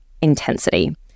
intensity